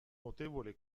notevole